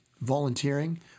volunteering